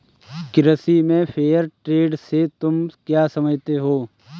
कृषि में fair trade से तुम क्या समझते हो?